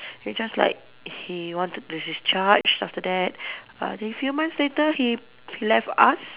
he just like he wanted to discharge after that a few months later he he left us